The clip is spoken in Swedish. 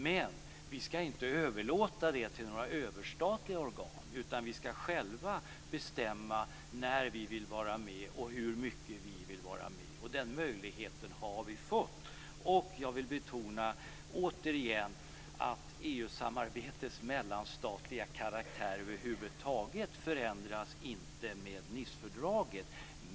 Men vi ska inte överlåta det till några överstatliga organ, utan vi ska själva bestämma när vi vill vara med och hur mycket vi vill vara med. Den möjligheten har vi fått. Jag vill återigen betona att EU-samarbetets mellanstatliga karaktär över huvud taget inte förändras med Nicefördraget.